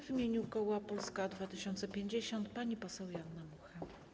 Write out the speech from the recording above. W imieniu koła Polska 2050 pani poseł Joanna Mucha.